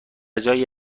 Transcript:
جایی